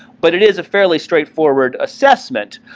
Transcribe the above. but it is a fairly straightforward assessment.